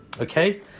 okay